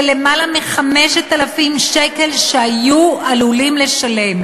של למעלה מ-5,000 שקל שהם היו עלולים לשלם.